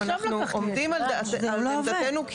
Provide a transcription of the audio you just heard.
אנחנו עומדים על עמדתנו,